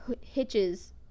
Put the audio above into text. hitches